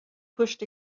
pushed